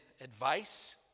advice